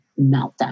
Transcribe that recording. meltdown